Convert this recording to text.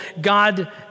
God